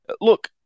look